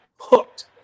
hooked